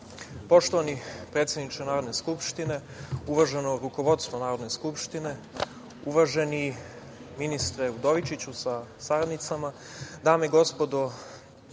predsedniče Narodne skupštine, uvaženo rukovodstvo Narodne skupštine, uvaženi ministre Udovičiću sa saradnicama, dame i gospodo